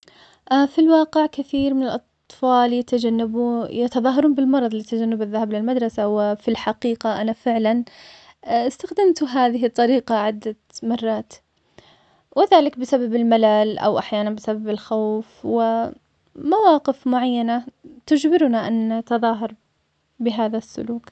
في الواقع كثير من الاطفال يتجنبو- يتظاهرون بالمرض لتجنب الذهب للمدرسه وفي الحقيقه أنا فعلاً استخدمت هذه الطريقه عده مرات وذلك بسبب الملل أو احياناً بسبب الخوف ومواقف معينه تجبرنا أن نتظاهر بهذا السلوك.